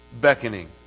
beckoning